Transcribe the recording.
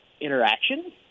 interaction